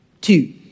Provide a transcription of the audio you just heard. two